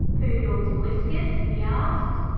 poodle's whiskers he asked.